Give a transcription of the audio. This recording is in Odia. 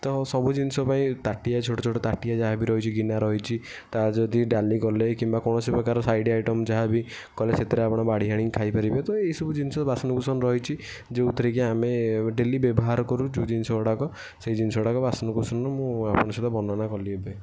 ତ ସବୁ ଜିନିଷ ପାଇଁ ତାଟିଆ ଛୋଟ ଛୋଟ ତାଟିଆ ଯାହା ବି ରହିଛି ଗିନା ରହିଛି ତା ଯଦି ଡାଲି କଲେ କିମ୍ବା କୌଣସି ପ୍ରକାର ସାଇଡ଼୍ ଆଇଟମ୍ ଯାହା ବି କଲେ ସେଥିରେ ଆପଣ ବାଢ଼ି ଆଣି ଖାଇପାରିବେ ତ ଏ ସବୁ ଜିନିଷ ବାସନ କୁସନ ରହିଛି ଯେଉଁଥିରେ କି ଆମେ ଡେଲି ବ୍ୟବହାର କରୁ ଯେଉଁ ଜିନିଷ ଗୁଡ଼ାକ ସେଇ ଜିନିଷ ଗୁଡ଼ାକ ବାସନ କୁସନ ମୁଁ ଆପଣଙ୍କ ସହିତ ବର୍ଣ୍ଣନା କଲି ଏବେ